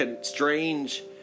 strange